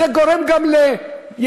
זה גורם גם לייקור